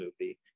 movie